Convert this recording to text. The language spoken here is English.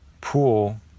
pool